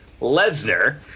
Lesnar